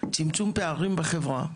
צמצום פערים בחברה.